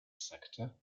sector